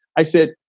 i said,